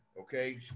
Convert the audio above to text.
Okay